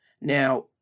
Now